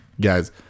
Guys